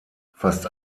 fast